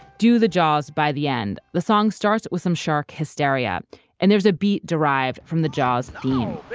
do the jaws by the end, the song starts with some shark hysteria and there's a beat derived from the jaws